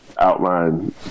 outline